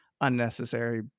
unnecessary